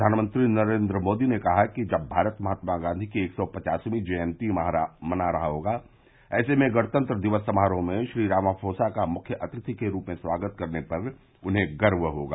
प्रधानमंत्री नरेंद्र मोदी ने कहा कि जब भारत महात्मा गांधी की एक सौ पचासवीं जयंती मना रहा होगा ऐसे में गणतंत्र दिवस समारोह में श्री रामाफोसा का मुख्य अतिथि के रूप में स्वागत करने पर उन्हें गर्व होगा